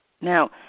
Now